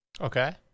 okay